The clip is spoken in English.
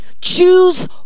choose